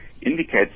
indicates